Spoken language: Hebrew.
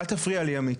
אל תפריע לי, עמית.